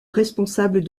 responsables